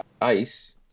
ice